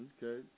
Okay